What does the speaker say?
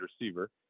receiver